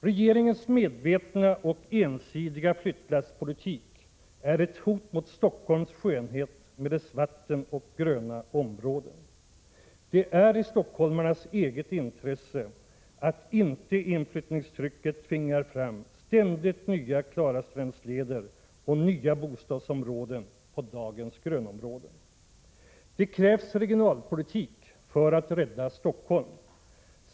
Regeringens medvetna och ensidiga flyttlasspolitik är ett hot mot Stockholms skönhet med dess vatten och gröna områden. Det är i stockholmarnas eget intresse att inte inflyttningstrycket tvingar fram ständigt nya Klarastrandsleder och nya bostadsområden på dagens grönområden. Det krävs regionalpolitik för att rädda Stockholm.